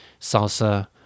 salsa